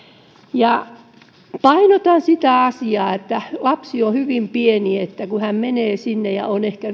painotan sitä asiaa että lapsi on hyvin pieni ja kun hän menee päiväkotiin ja on siellä ehkä